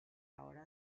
hora